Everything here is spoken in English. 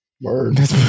Word